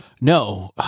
No